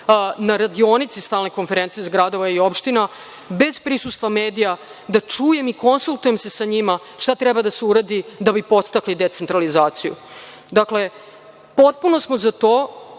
na radionici Stalne konferencije gradova i opština, bez prisustva medija, da čujem i konsultujem se sa njima šta treba da se uradi da bi podstakli decentralizaciju. Dakle, potpuno smo za to